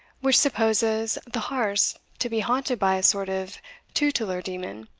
which supposes the harz to be haunted by a sort of tutelar demon,